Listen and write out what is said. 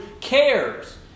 cares